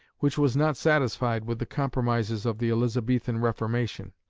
which was not satisfied with the compromises of the elizabethan reformation,